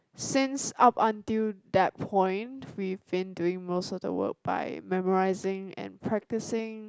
since up until that point we've been doing most of the work by memorising and practising